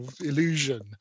illusion